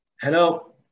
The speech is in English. Hello